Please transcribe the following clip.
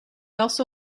also